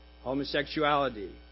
Homosexuality